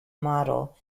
model